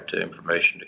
information